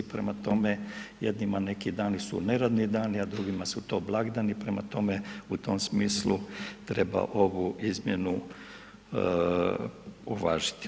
Prema tome jednima neki dani su neradni dani, a drugim su to blagdani, prema tome u tom smislu treba ovu izmjenu uvažiti.